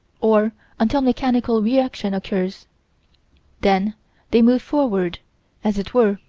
or until mechanical reaction occurs then they move forward as it were.